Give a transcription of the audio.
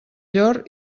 llor